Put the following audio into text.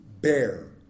bear